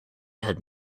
had